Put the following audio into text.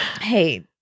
hey